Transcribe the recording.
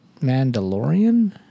Mandalorian